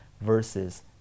versus